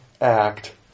act